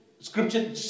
Scripture